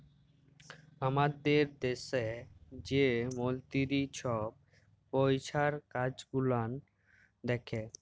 আমাদের দ্যাশে যে মলতিরি ছহব পইসার কাজ গুলাল দ্যাখে